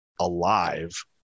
alive